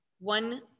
one